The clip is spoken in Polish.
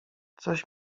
coś